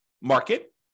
market